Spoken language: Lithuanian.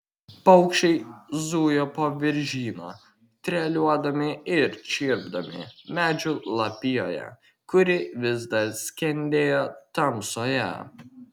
paukščiai zujo po viržyną treliuodami ir čirpdami medžių lapijoje kuri vis dar skendėjo tamsoje